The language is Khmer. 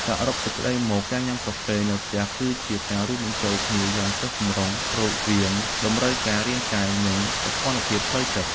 សរុបសេចក្ដីមក ការញ៉ាំកាហ្វេនៅផ្ទះគឺជាការរួមបញ្ចូលគ្នាយ៉ាងចុះសម្រុងគ្នារវាង តម្រូវការរាងកាយ និងសោភ័ណភាពផ្លូវចិត្ត។